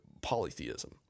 polytheism